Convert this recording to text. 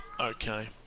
Okay